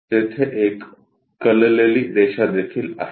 तेथे एक कललेली रेषा देखील आहे